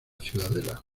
ciudadela